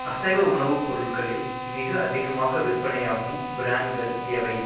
அசைவ உணவு பொருட்களில் மிக அதிகமாக விற்பனையாகும் பிராண்ட்கள் எவை